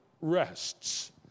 rests